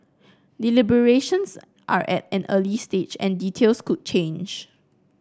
deliberations are at an early stage and details could change